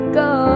go